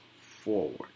forward